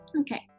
Okay